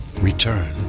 return